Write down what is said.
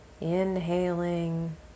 inhaling